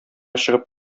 чыгып